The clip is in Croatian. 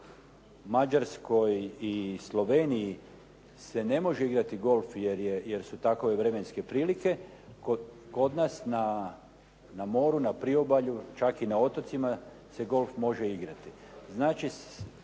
Mađarskoj i Sloveniji se ne može igrati golf jer su takove vremenske prilike kod nas na moru, na priobalju čak i na otocima se golf može igrati. Znači,